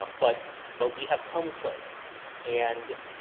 um but, but we have come close and,